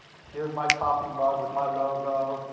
here's my coffee mug with my logo,